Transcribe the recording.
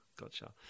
gotcha